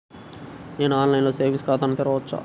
నేను ఆన్లైన్లో సేవింగ్స్ ఖాతాను తెరవవచ్చా?